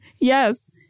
Yes